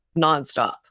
nonstop